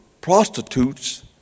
prostitutes